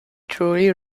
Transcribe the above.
truly